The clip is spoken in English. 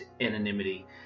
anonymity